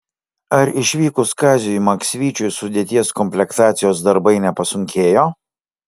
ar išvykus kaziui maksvyčiui sudėties komplektacijos darbai nepasunkėjo